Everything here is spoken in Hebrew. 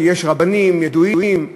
שיש רבנים ידועים,